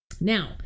Now